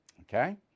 Okay